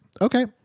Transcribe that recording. Okay